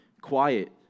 quiet